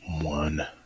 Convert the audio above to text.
one